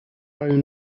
own